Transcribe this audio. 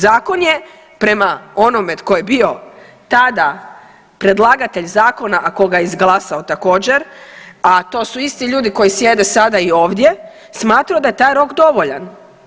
Zakon je prema onome tko je bio tada predlagatelj zakona a tko ga je izglasao također a to su isti ljudi koji sjede sada i ovdje smatraju da je taj rok dovoljan.